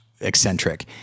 eccentric